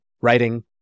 writing